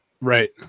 right